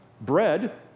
Bread